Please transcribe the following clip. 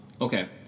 Okay